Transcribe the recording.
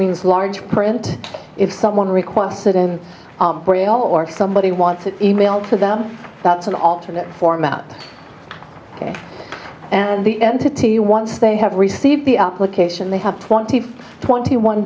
means large print if someone requests it in braille or somebody wants an email to them that's an alternate format and the entity once they have received the application they have twenty